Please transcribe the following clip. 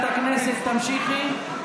סגנית מזכירת הכנסת, תמשיכי.